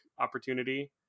opportunity